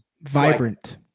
Vibrant